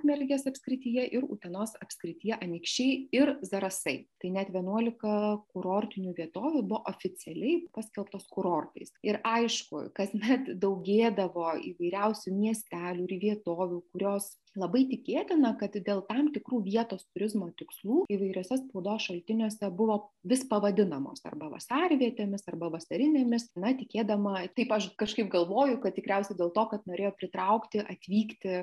ukmergės apskrityje ir utenos apskrityje anykščiai ir zarasai tai net vienuolika kurortinių vietovių buvo oficialiai paskelbtos kurortais ir aišku kasmet daugėdavo įvairiausių miestelių ir vietovių kurios labai tikėtina kad dėl tam tikrų vietos turizmo tikslų įvairiuose spaudos šaltiniuose buvo vis pavadinamos arba vasarvietėmis arba vasarinėmis na tikėdama taip aš kažkaip galvoju kad tikriausiai dėl to kad norėjo pritraukti atvykti